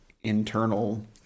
internal